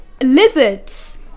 lizards